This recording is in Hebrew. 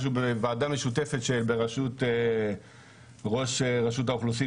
משהו בוועדה משותפת בראשות ראש רשות האוכלוסין